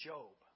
Job